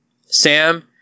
Sam